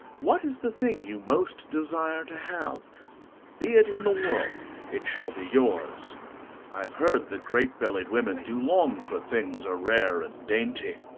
what is the thing you most desire to have be it in the world, it shall be yours i have heard that great-bellied women do long for things are rare and dainty.